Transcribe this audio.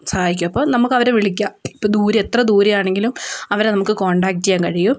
സഹായിക്കും അപ്പം നമുക്കവരെ വിളിക്കാം ഇപ്പോൾ ദൂരെ എത്ര ദൂരെയാണെങ്കിലും അവരെ നമുക്ക് കോൺടാക്ട് ചെയ്യാൻ കഴിയും